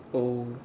oh